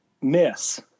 miss